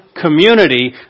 community